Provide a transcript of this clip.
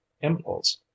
impulse